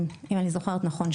אם אני זוכרת נכון,